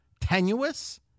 tenuous